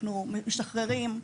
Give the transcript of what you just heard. אנחנו משחררים,